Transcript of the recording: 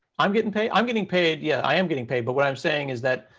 i'm getting paid? i'm getting paid. yeah, i am getting paid. but what i'm saying is that,